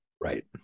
Right